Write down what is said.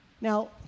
now